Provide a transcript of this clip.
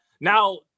Now